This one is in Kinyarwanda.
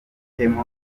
afitemo